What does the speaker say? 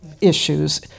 issues